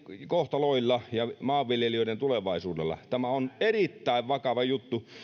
kohtaloilla ja maanviljelijöiden tulevaisuudella tämä on erittäin vakava juttu